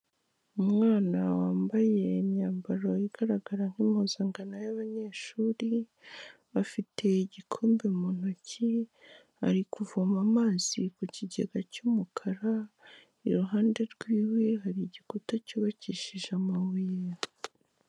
Umwana wambaye imyambaro igaragara nk'impuzangano y'abanyeshuri, afite igikombe mu ntoki ari kuvoma amazi ku kigega cy'umukara, iruhande rwiwe hari igikuta cyubakishije amabuye.